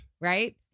right